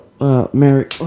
Mary